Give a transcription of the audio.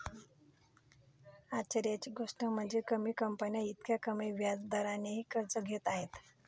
आश्चर्याची गोष्ट म्हणजे, कमी कंपन्या इतक्या कमी व्याज दरानेही कर्ज घेत आहेत